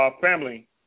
family